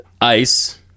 ice